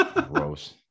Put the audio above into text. gross